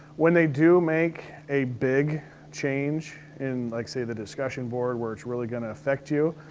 when they do make a big change in, like, say the discussion board, where it's really gonna affect you,